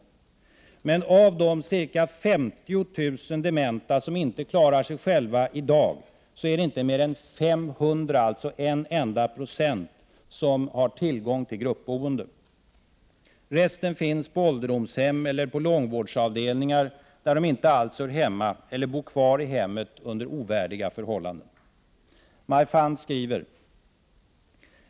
Men av de ca 50 000 dementa som inte klarar sig själva i dag är det inte mer än ca 500, en enda procent, som har tillgång till gruppboende. Resten finns på ålderdomshem eller långvårdsavdelningar där de inte alls hör hemma eller bor kvar i hemmet under ovärdiga förhållanden.